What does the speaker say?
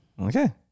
Okay